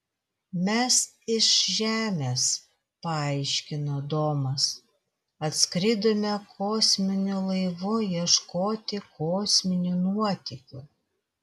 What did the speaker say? mes iš žemės paaiškino domas atskridome kosminiu laivu ieškoti kosminių nuotykių